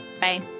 Bye